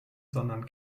sondern